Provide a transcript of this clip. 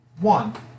one